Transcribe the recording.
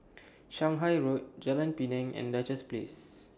Shanghai Road Jalan Pinang and Duchess Place